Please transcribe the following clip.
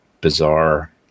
bizarre